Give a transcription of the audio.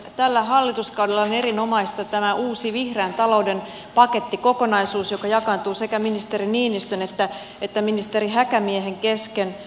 tällä hallituskaudella on erinomaista tämä uusi vihreän talouden pakettikokonaisuus joka jakaantuu ministeri niinistön ja ministeri häkämiehen kesken